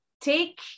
take